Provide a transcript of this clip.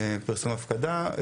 פרסום הפקדה,